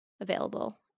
available